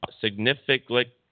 significantly